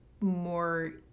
more